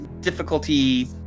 difficulty